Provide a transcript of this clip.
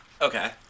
Okay